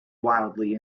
wildly